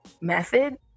method